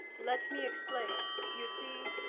let me explain. you see